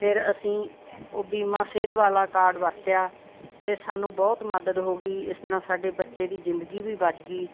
ਫਿਰ ਅਸੀਂ ਉਹ ਬੀਮਾ ਸਿਹਤ ਵਾਲਾ ਕਾਰਡ ਵਰਤਿਆ ਅਤੇ ਸਾਨੂੰ ਬਹੁਤ ਮਦਦ ਹੋ ਗਈ ਇਸ ਤਰ੍ਹਾਂ ਸਾਡੇ ਬੱਚੇ ਦੀ ਜ਼ਿੰਦਗੀ ਵੀ ਬਚ ਗਈ